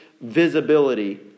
visibility